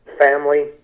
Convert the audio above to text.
family